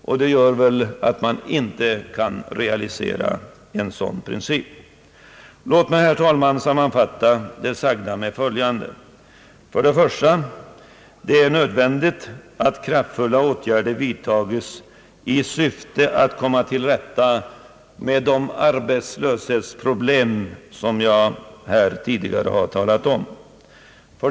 Detta gör att man inte kan realisera en sådan princip. Låt mig, herr talman, sammanfatta det sagda på följande sätt. 1) Det är nödvändigt att kraftiga åtgärder vidtages i syfte att komma till rätta med de arbetslöshetsproblem som jag här tidigare har talat om.